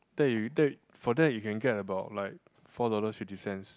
that you that for that you can get about like four dollars fifty cents